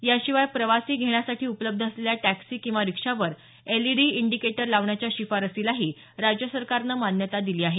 याशिवाय प्रवासी घेण्यासाठी उपलब्ध असलेल्या टॅक्सी किंवा रिक्षावर एलईडी इंडिकेटर लावण्याच्या शिफारसीलाही राज्य सरकारनं मान्यता दिली आहे